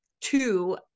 two